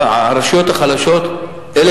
שהמדיניות שלנו היא קודם כול לחזק את הפריפריה